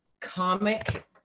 comic